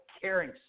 caring